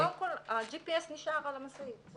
קודם כל, ה- G.P.S.נשאר על המשאית.